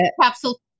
Capsule